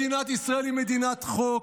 מדינת ישראל היא מדינת חוק.